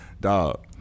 dog